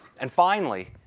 and finally,